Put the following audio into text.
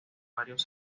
varios